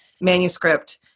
manuscript